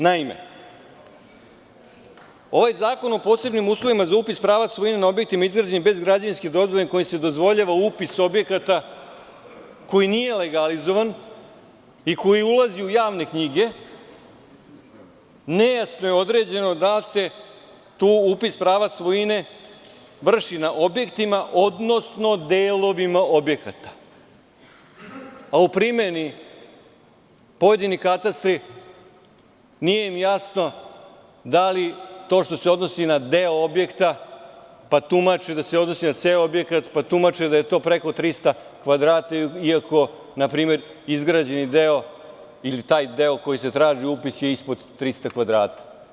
Naime, ovaj zakon o posebnim uslovima za upis prava svojine na objektima izgrađenim bez građevinske dozvole kojim se dozvoljava upis objekata koji nije legalizovan i koji ulazi u javne knjige nejasno je određeno da li se tu upis prava svojine vrši na objektima, odnosno delovima objekata, a u primeni pojedinim katastrima nije jasno da li to što se odnosi na deo objekta, pa tumače da se odnosi na ceo objekat, pa tumače da je to preko 300 kvadrata iako, npr. izgrađeni deo ili taj deo za koji se traži upis je ispod 300 kvadrata.